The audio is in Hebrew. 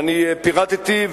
ואני פירטתי,